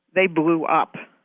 they blew up.